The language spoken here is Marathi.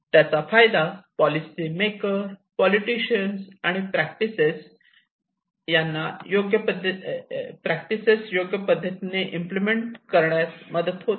त्याचा फायदा पॉलिसी मेकर पॉलिटिशियन आणि प्रॅक्टिसेस योग्य पद्धतीने इम्प्लिमेंट करण्यात मदत होते